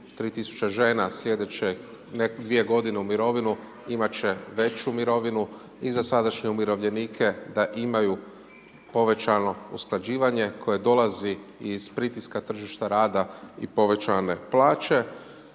3000 žena sljedeće dvije godine u mirovinu imat će veću mirovinu i za sadašnje umirovljenike da imaju povećano usklađivanje koje dolazi iz pritiska tržišta rada i povećane plaće.